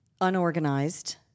unorganized